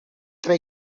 tra